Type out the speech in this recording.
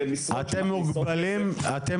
אלו משרות שמכניסות כסף --- אתם